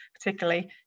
particularly